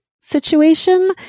situation